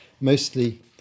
mostly